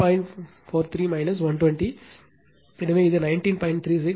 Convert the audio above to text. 43 120 எனவே இது 19